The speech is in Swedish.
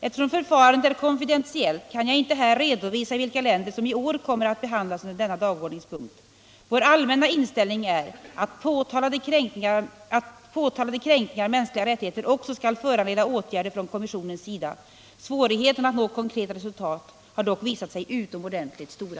Eftersom förfarandet är konfidentiellt, kan jag inte här redovisa vilka länder som i år kommer att behandlas under denna dagordningspunkt. Vår allmänna inställning är att påtalade kränkningar av mänskliga rättigheter också skall föranleda åtgärder från kommissionens sida. Svårigheterna att nå konkreta resultat har dock visat sig utomordentligt stora.